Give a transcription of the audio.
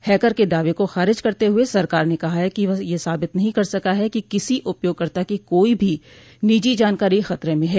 hacker के दावे को खारिज करते हुए सरकार ने कहा है कि वह यह साबित नहीं कर सका है कि किसी उपयोगकर्ता की कोई भो निजी जानकारी खतरे में है